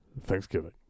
Thanksgiving